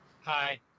Hi